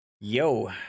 Yo